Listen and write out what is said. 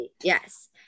Yes